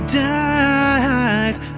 died